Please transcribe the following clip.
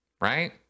right